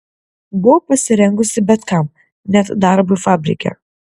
buvo pasirengusi bet kam net darbui fabrike